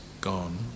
gone